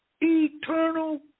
eternal